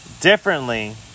differently